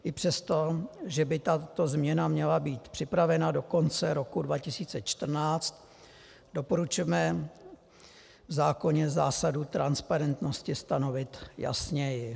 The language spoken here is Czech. I přesto, že by tato změna měla být připravena do konce roku 2014, doporučujeme v zákoně zásadu transparentnosti stanovit jasněji.